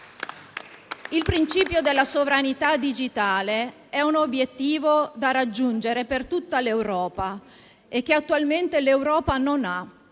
Il principio della sovranità digitale è un obiettivo da raggiungere per tutta l'Europa e che attualmente l'Europa non ha